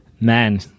man